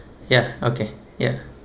ya okay ya